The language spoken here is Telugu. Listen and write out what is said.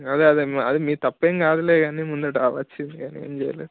అదే అదే అది మీ తప్పేం కాదులే కానీ ముంగిట ఆవొచ్చింది కానీ ఏం చెయ్యలేం